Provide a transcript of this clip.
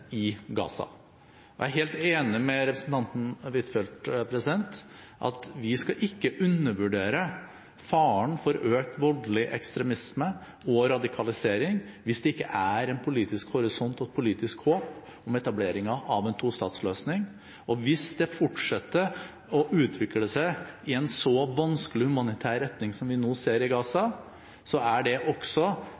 i Gaza. Jeg er helt enig med representanten Huitfeldt, vi skal ikke undervurdere faren for økt voldelig ekstremisme og radikalisering hvis det ikke er en politisk horisont og et politisk håp om etableringen av en tostatsløsning. Hvis det fortsetter å utvikle seg i en så vanskelig humanitær retning som vi nå ser i Gaza,